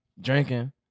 drinking